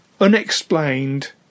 unexplained